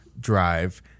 drive